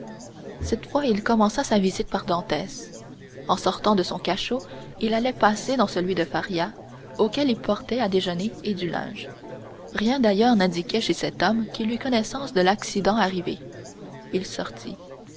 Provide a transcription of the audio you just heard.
cette fois il commença sa visite par dantès en sortant de son cachot il allait passer dans celui de faria auquel il portait à déjeuner et du linge rien d'ailleurs n'indiquait chez cet homme qu'il eût connaissance de l'accident arrivé il sortit